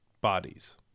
bodies